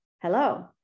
Hello